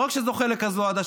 ולא רק שזוכה לכזאת אהדה,